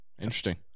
interesting